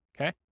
Okay